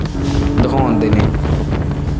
ਦਿਖਾਉਂਦੇ ਨੇ